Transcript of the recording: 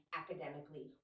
academically